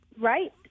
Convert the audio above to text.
right